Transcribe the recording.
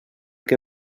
que